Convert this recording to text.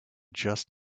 just